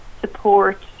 support